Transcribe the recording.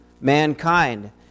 mankind